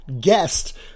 guest